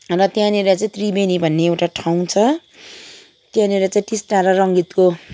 र त्यहाँनिर चाहिँ त्रिवेणी भन्ने एउटा ठाउँ छ त्यहाँनिर चाहिँ टिस्टा र रङ्गितको